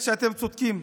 האמת שאתם צודקים: